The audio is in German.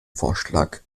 vorschlag